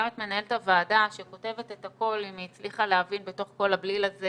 את מנהלת הוועדה שכותבת את הכול אם היא הצליחה להבין בתוך כל הבליל הזה